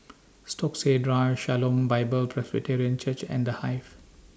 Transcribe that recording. Stokesay Drive Shalom Bible Presbyterian Church and The Hive